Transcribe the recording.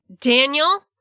Daniel